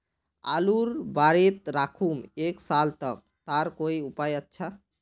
आलूर बारित राखुम एक साल तक तार कोई उपाय अच्छा?